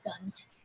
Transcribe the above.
guns